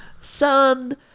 Son